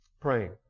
Praying